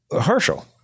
Herschel